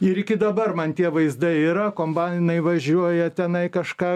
ir iki dabar man tie vaizdai yra kombainai važiuoja tenai kažką